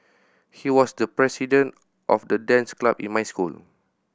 he was the president of the dance club in my school